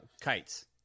kites